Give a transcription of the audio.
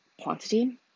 quantity